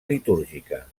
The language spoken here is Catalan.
litúrgica